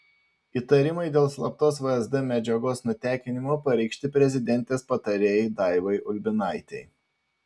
įtarimai dėl slaptos vsd medžiagos nutekinimo pareikšti prezidentės patarėjai daivai ulbinaitei